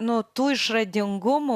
nu tų išradingumų